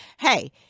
hey